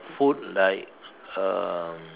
food like um